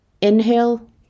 inhale